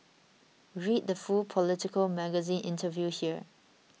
read the full Politico Magazine interview here